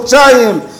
חודשיים,